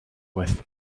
with